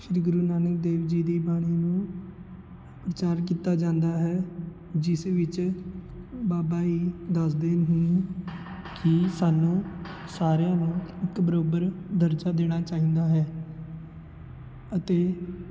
ਸ਼੍ਰੀ ਗੁਰੂ ਨਾਨਕ ਦੇਵ ਜੀ ਦੀ ਬਾਣੀ ਨੂੰ ਉਚਾਰ ਕੀਤਾ ਜਾਂਦਾ ਹੈ ਜਿਸ ਵਿੱਚ ਬਾਬਾ ਜੀ ਦੱਸਦੇ ਨੇ ਕਿ ਸਾਨੂੰ ਸਾਰਿਆਂ ਨੂੰ ਇੱਕ ਬਰਾਬਰ ਦਰਜਾ ਦੇਣਾ ਚਾਹੀਦਾ ਹੈ ਅਤੇ